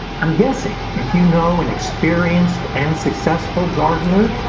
i'm guessing if you know an experienced and successful gardener,